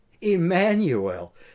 Emmanuel